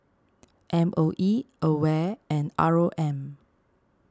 M O E Aware and R O M